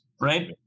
right